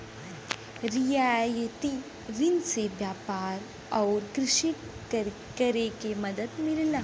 रियायती रिन से व्यापार आउर कृषि करे में मदद मिलला